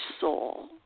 soul